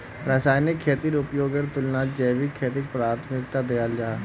रासायनिक खेतीर उपयोगेर तुलनात जैविक खेतीक प्राथमिकता दियाल जाहा